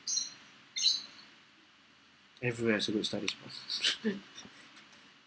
everywhere has a good to study for